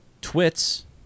Twit's